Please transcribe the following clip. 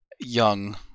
young